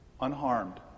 unharmed